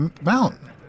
mountain